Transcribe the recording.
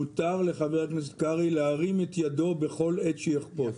מותר לחבר הכנסת קרעי להרים את ידו בכל עת שהוא יחפוץ.